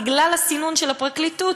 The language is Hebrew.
בגלל הסינון של הפרקליטות,